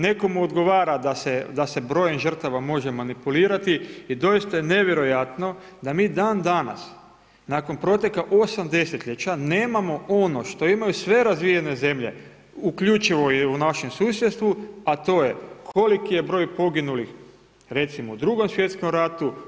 Nekome odgovara da se brojem žrtava može manipulirati i doista je nevjerojatno, da mi dan danas, nakon proteka 8 desetljeća nemamo ono što imaju sve razvijene zemlje, uključeno u našem susjedstvu, a to je koliko je broj poginulih recimo u 2.sv. ratu.